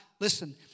listen